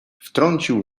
wtrącił